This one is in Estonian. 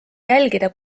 jälgida